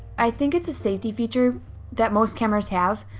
i think it's a safety feature that most cameras have.